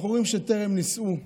בחורים שטרם נישאו,